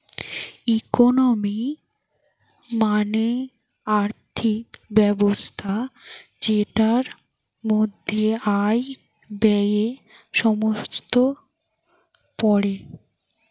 economy মানে আর্থিক ব্যবস্থা যেটার মধ্যে আয়, ব্যয়ে সমস্ত পড়ে